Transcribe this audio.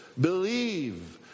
Believe